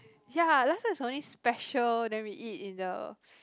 ya last time it's only special then we eat in the